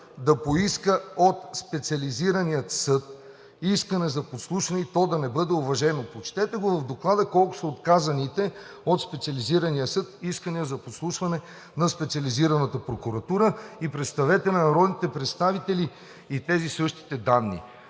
да поиска от Специализирания съд искане за подслушване и то да не бъде уважено. Прочетете в Доклада колко са отказаните от Специализирания съд искания за подслушване на Специализираната прокуратура и представете на народните представители тези същите данни.